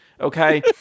okay